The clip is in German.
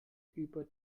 über